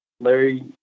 larry